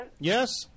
Yes